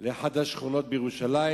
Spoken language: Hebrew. לאחת השכונות בירושלים,